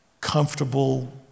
comfortable